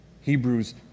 Hebrews